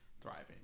thriving